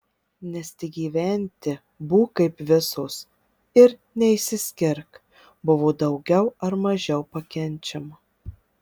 nes tik gyventi būk kaip visos ir neišsiskirk buvo daugiau ar mažiau pakenčiama